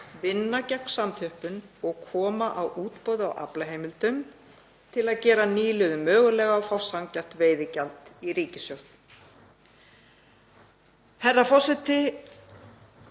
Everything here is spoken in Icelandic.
vinna gegn samþjöppun og koma á útboði á aflaheimildum til að gera nýliðun mögulega og fá sanngjarnt veiðigjald í ríkissjóð. Herra forseti.